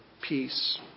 peace